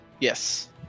Yes